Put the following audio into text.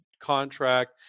contract